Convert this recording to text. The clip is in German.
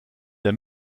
der